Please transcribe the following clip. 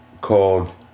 called